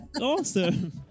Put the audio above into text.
awesome